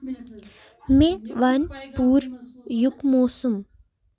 مےٚ وَن پوٗر یُک موسم